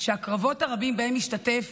שהקרבות הרבים שבהם השתתף